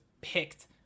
picked